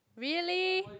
really